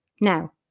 Now